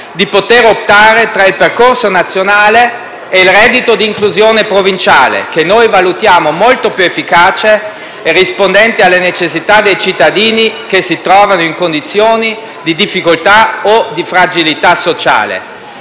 di poter optare tra il percorso nazionale e il reddito d'inclusione provinciale, che noi valutiamo molto più efficace e rispondente alle necessità dei cittadini che si trovano in condizioni di difficoltà o di fragilità sociale.